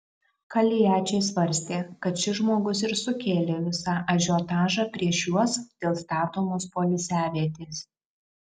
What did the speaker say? kaliačiai svarstė kad šis žmogus ir sukėlė visą ažiotažą prieš juos dėl statomos poilsiavietės